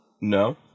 No